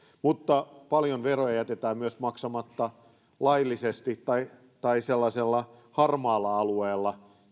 mutta paljon veroja jätetään myös maksamatta laillisesti tai tai sellaisella harmaalla alueella